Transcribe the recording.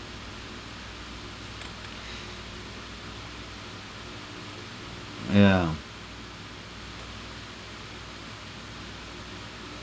yeah